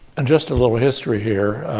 and just a little history here,